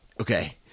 okay